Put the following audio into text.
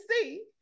see